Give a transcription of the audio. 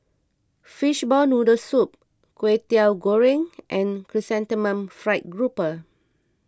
Fishball Noodle Soup Kwetiau Goreng and Chrysanthemum Fried Grouper